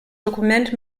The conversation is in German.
dokument